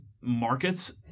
markets